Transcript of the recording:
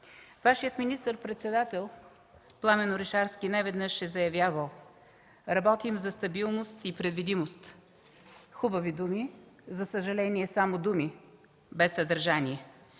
Вашият министър-председател Пламен Орешарски неведнъж е заявявал: работим за стабилност и предвидимост. Хубави думи, за съжаление само думи, без съдържание.